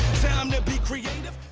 um to be creative